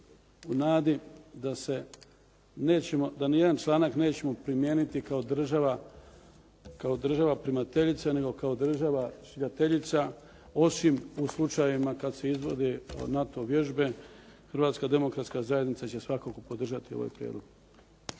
u nadi da se nećemo, da nijedan članak nećemo primijeniti kao država primateljica nego kao država šiljateljica, osim u slučajevima kada se izvode NATO vježbe. Hrvatska demokratska zajednica će svakako podržati ovaj prijedlog.